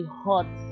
hot